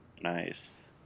Nice